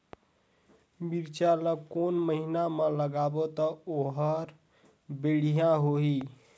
मिरचा ला कोन महीना मा लगाबो ता ओहार बेडिया होही?